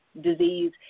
disease